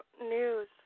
news